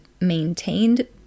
maintained